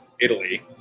Italy